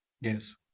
Yes